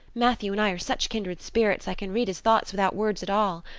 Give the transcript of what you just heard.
matthew and i are such kindred spirits i can read his thoughts without words at all.